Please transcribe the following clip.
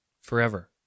forever